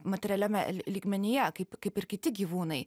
materialiame lygmenyje kaip kaip ir kiti gyvūnai